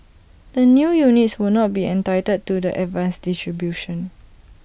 the new units will not be entitled to the advanced distribution